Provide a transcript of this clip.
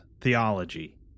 theology